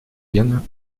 пена